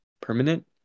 permanent